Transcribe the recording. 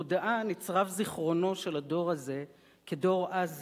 בתודעה נצרב זיכרונו של הדור הזה כדור עז